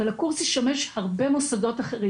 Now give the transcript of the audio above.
אבל הקורס ישמש הרבה מוסדות אחרים,